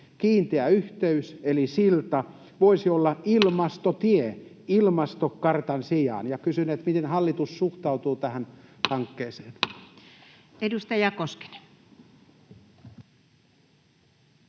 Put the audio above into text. Kiinteä yhteys eli silta voisi olla ilmastotie ilmastokartan sijaan. Kysyn: miten hallitus suhtautuu tähän hankkeeseen? Edustaja Koskinen.